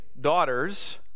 daughters